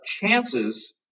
chances